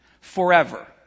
forever